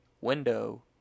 window